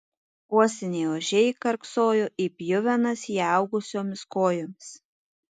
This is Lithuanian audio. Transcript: uosiniai ožiai karksojo į pjuvenas įaugusiomis kojomis